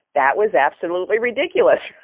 that was absolutely ridiculous.